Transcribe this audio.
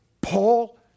Paul